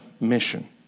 mission